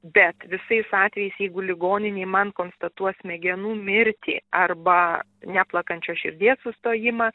bet visais atvejais jeigu ligoninė man konstatuos smegenų mirtį arba neplakančios širdies sustojimą